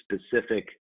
specific